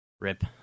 Rip